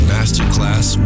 Masterclass